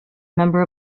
member